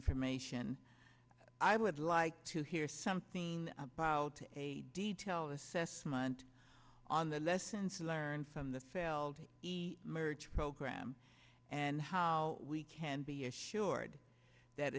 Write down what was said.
information i would like to hear something about a detailed assessment on the lessons learned from the failed the merge program and how we can be assured that